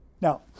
Now